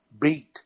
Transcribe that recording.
beat